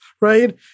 right